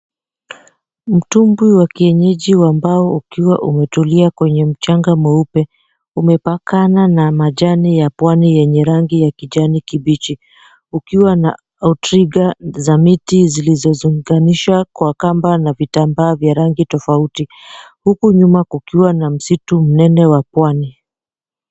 Mtungi wa kienyeji wa mbao ukiwa tumetulia kwenye mchanga mweupe umepakana na majani ya pwani yenye rangi ya kijani kibichi ukiwa na autriga za miti zilizozonganishwa kwa kamba na vitambaa vya rangi tofauti. Huku nyuma kukiwa na msitu mnene wa pwani.